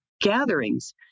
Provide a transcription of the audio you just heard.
gatherings